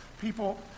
people